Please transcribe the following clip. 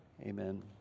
amen